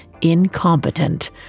incompetent